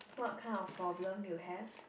what kind of problem you have